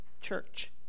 church